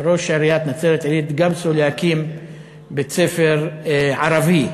ראש עיריית נצרת-עילית גפסו להקים בית-ספר ערבי בעיר.